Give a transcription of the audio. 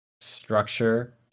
structure